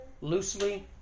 loosely